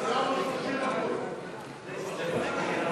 לסעיף 25, תגמולים לנכים,